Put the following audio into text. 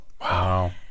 Wow